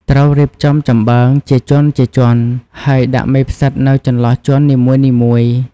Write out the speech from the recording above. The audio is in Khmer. ត្រូវរៀបចំចំបើងជាជាន់ៗ ហើយដាក់មេផ្សិតនៅចន្លោះជាន់នីមួយៗ។